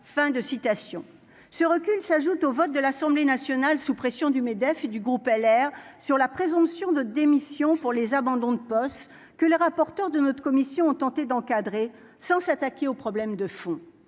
ce recul s'ajoute au vote de l'Assemblée nationale, sous pression du MEDEF et du groupe LR sur la présomption de démission pour les abandons de poste que le rapporteur de notre commission ont tenté d'encadrer sans s'attaquer aux problèmes de fond,